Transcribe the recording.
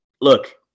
look